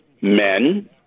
men